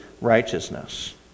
righteousness